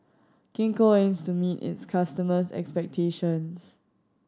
Gingko aims to meet its customers' expectations